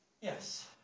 Yes